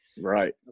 Right